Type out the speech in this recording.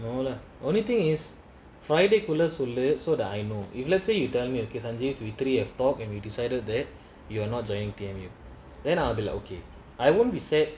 no lah the only thing is friday குள்ளசொல்லு:kulla sollu so that I know if let's say you tell me sanjeev we three o'clock we decided that you're not joining T_M_U then I'll be like okay I won't be sad